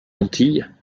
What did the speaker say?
antilles